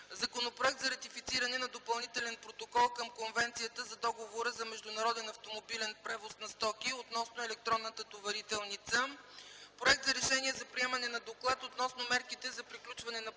Законопроект за ратифициране на Допълнителен протокол към Конвенцията за Договора за международен автомобилен превоз на стоки относно електронната товарителница. 6. Проект за решение за приемане на Доклад относно мерките за приключване на